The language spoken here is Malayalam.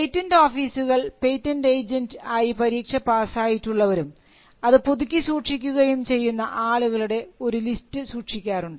പേറ്റന്റ് ഓഫീസുകൾ സാധാരണയായി പേറ്റന്റ് ഏജൻറ് ആയി പരീക്ഷ പാസായിട്ടുള്ളവരും അത് പുതുക്കി സൂക്ഷിക്കുകയും ചെയ്യുന്ന ആളുകളുടെ ഒരു ലിസ്റ്റ് സൂക്ഷിക്കാറുണ്ട്